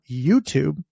YouTube